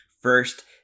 first